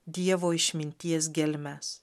dievo išminties gelmes